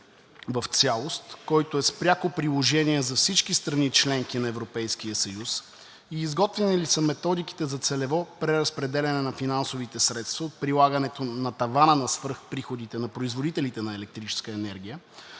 в цялост, който е с пряко приложение за всички страни – членки на Европейския съюз, и изготвени ли са методиките за целево преразпределяне на финансовите средства, прилагането на тавана на свръхприходите на производителите на електрическа енергия